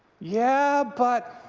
yeah, but.